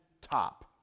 top